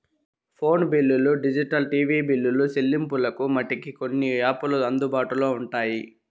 phone బిల్లులు digital TV బిల్లులు సెల్లింపులకు మటికి కొన్ని యాపులు అందుబాటులో ఉంటాయి